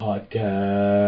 Podcast